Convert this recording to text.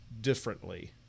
differently